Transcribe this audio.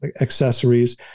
accessories